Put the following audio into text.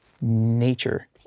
nature